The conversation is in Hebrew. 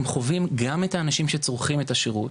הם חווים גם את האנשים שצורכים את השירות,